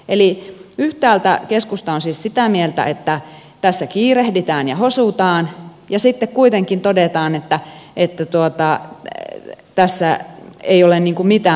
eli yhtäältä keskusta on siis sitä mieltä että tässä kiirehditään ja hosutaan ja sitten kuitenkin todetaan että tässä ei ole niin kuin mitään muka tehty